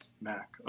mac